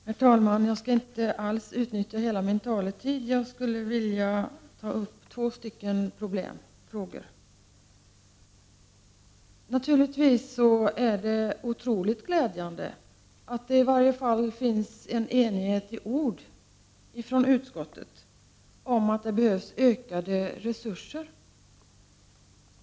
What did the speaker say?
Herr talman! Jag skall inte alls utnyttja hela min taletid. Jag skulle vilja ta upp två frågor. Naturligtvis är det oerhört glädjande att det inom utskottet finns en enighet, i varje fall i ord, om att det behövs ökade resurser.